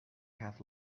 had